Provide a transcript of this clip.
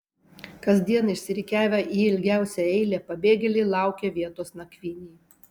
kasdien išsirikiavę į ilgiausią eilę pabėgėliai laukia vietos nakvynei